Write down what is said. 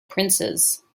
princes